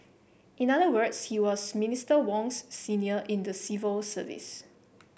in other words he was Minister Wong's senior in the civil service